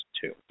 two